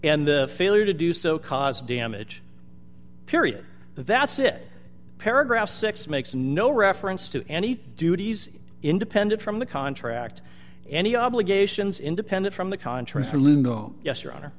and the failure to do so caused damage period that's it paragraph six makes no reference to any duties independent from the contract any obligations independent from the contract or lindo yes your honor